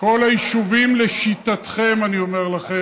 כל היישובים, לשיטתכם, אני אומר לכם,